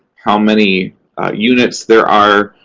how many units there are.